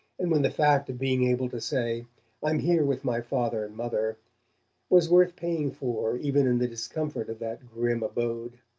and when the fact of being able to say i'm here with my father and mother was worth paying for even in the discomfort of that grim abode.